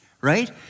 right